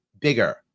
bigger